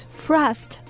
frost